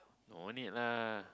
no need lah